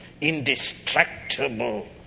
Indestructible